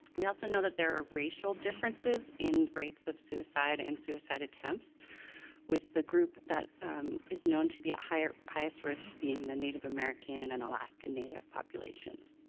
we also know that there are racial differences in rates of suicide and suicide attempts with the group that is known to be at highest highest risk being the native american and alaska native populations.